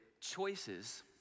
Choices